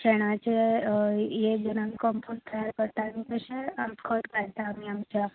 शेणाचें हें घेवन आमी कम्पॉस्ट तयार करता आनी तशें खत घालता आमी आमच्या पिकांक